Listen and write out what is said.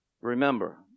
Remember